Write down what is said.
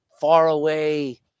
faraway